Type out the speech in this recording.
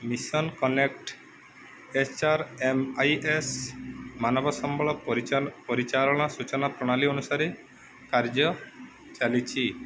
mission connect HRMIS ମାନବ ସମ୍ବଳ ପରିଚା ପରିଚାଳନା ସୂଚନା ପ୍ରଣାଳୀ ଅନୁସାରେ କାର୍ଯ୍ୟ ଚାଲିଛି